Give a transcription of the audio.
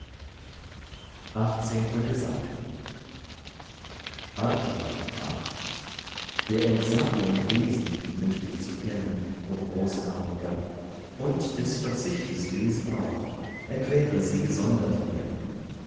achtzehnter gesang arjuna sprach der entsagung wesen wünsch ich zu kennen o großarmiger und des verzichtes wesen auch erkläre sie gesondert mir